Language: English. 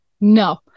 no